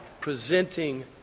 presenting